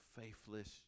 faithless